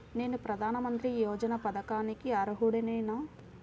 నేను ప్రధాని మంత్రి యోజన పథకానికి అర్హుడ నేన?